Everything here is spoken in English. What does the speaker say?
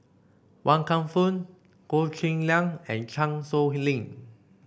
Wan Kam Fook Goh Cheng Liang and Chan Sow Lin